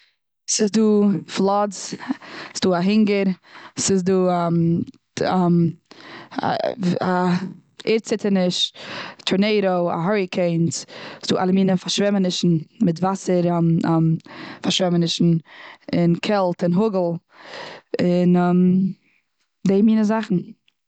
ס'איז דא פלאדס, ס'איז דא א הינגער, ס'איז דא א ערד ציטערניש, טארנעידאו, האריקעינס, ס'איז דא אלע מינע פארשוועמענישן, מיט וואסער פארשוועמענישן, און קעלט, און האגל, די מינע זאכן.